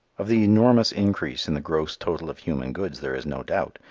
of the enormous increase in the gross total of human goods there is no doubt.